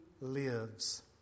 lives